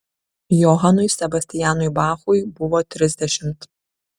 johanui sebastianui bachui buvo trisdešimt